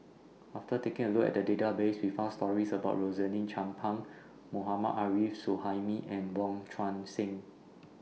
after taking A Look At The Database We found stories about Rosaline Chan Pang Mohammad Arif Suhaimi and Wong Tuang Seng